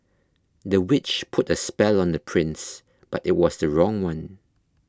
the witch put a spell on the prince but it was the wrong one